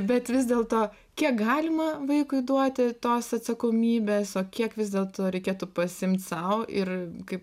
bet vis dėlto kiek galima vaikui duoti tos atsakomybės o kiek vis dėlto reikėtų pasiimt sau ir kaip